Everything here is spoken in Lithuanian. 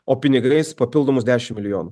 o pinigais papildomus dešimt milijonų